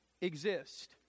exist